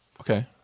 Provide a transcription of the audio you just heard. Okay